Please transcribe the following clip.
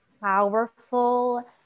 powerful